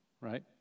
right